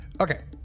Okay